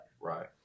Right